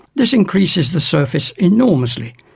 this increases the surface enormously.